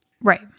Right